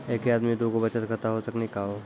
एके आदमी के दू गो बचत खाता हो सकनी का हो?